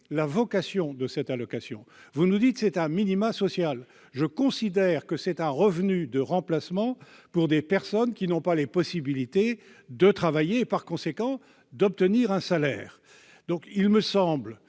la vocation de cette allocation. Vous nous dites que c'est un minima social. Je considère pour ma part qu'il s'agit d'un revenu de remplacement pour des personnes qui n'ont pas la possibilité de travailler et, par conséquent, d'obtenir un salaire. M. le